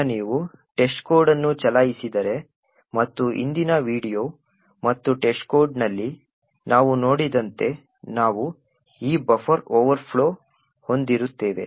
ಈಗ ನೀವು testcode ಅನ್ನು ಚಲಾಯಿಸಿದರೆ ಮತ್ತು ಹಿಂದಿನ ವೀಡಿಯೊ ಮತ್ತು testcode ನಲ್ಲಿ ನಾವು ನೋಡಿದಂತೆ ನಾವು ಈ ಬಫರ್ ಓವರ್ಫ್ಲೋ ಹೊಂದಿರುತ್ತೇವೆ